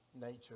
nature